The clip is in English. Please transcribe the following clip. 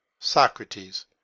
Socrates